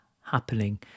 happening